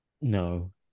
No